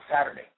Saturday